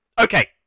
okay